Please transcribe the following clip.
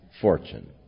fortune